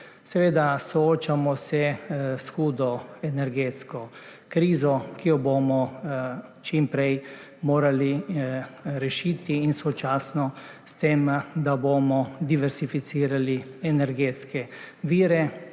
Soočamo se s hudo energetsko krizo, ki jo bomo čim prej morali rešiti sočasno s tem, da bomo diverzificirali energetske vire